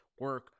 Work